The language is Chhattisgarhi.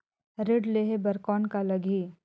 ऋण लेहे बर कौन का लगही?